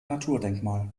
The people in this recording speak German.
naturdenkmal